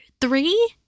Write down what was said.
three